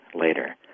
later